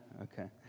Okay